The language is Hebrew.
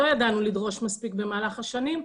לא ידענו לדרוש מספיק במהלך השנים.